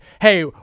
hey